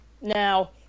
Now